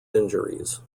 injuries